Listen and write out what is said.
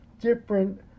different